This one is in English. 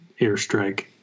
Airstrike